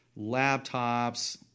laptops